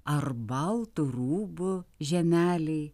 ar baltu rūbu žemelei